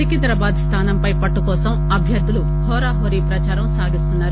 సికింద్రాబాద్ స్థానంపై పట్టు కోసం అభ్యర్దులు హోరాహోరీ ప్రదారం సాగిస్తున్సారు